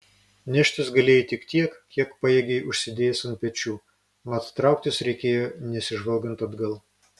neštis galėjai tik tiek kiek pajėgei užsidėjęs ant pečių mat trauktis reikėjo nesižvalgant atgal